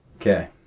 Okay